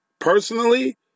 Personally